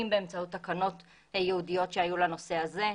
באמצעות תקנות ייעודיות שהיו לנושא הזה,